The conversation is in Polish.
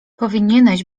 powinieneś